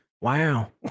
wow